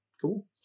Cool